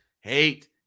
hate